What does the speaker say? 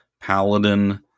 paladin